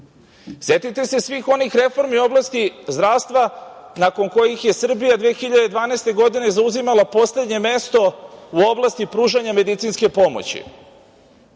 Setite se svih onih reformi u oblasti zdravstva nakon kojih je Srbija 2012. godine zauzimala poslednje mesto u oblasti pružanja medicinske pomoći.